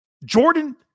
Jordan